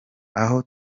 aho